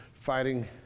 fighting